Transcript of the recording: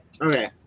Okay